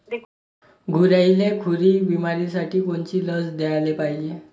गुरांइले खुरी बिमारीसाठी कोनची लस द्याले पायजे?